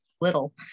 little